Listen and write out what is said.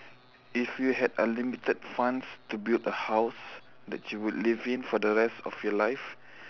if you had unlimited fund to build the house that you would live in for the rest of your life